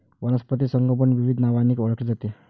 वनस्पती संगोपन विविध नावांनी ओळखले जाते